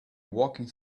walking